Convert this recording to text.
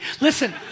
listen